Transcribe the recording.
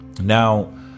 Now